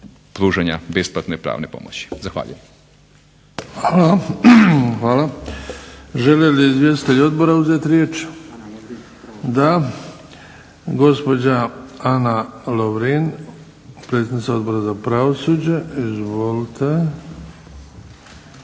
pružanja besplatne pravne pomoći. Zahvaljujem. **Bebić, Luka (HDZ)** Hvala. Žele li izvjestitelji odbora uzeti riječ? Da. Gospođa Ana Lovrin, predsjednica Odbora za pravosuđe. Izvolite.